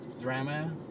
drama